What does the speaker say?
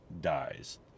dies